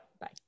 Bye